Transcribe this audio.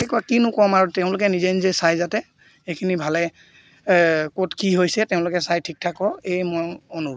ঠিক কিনো ক'ম আৰু তেওঁলোকে নিজে নিজে চাই যাতে সেইখিনি ভালে ক'ত কি হৈছে তেওঁলোকে চাই ঠিক ঠাক কৰক এই মই অনুৰোধ